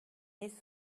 nicht